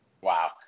Wow